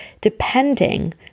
depending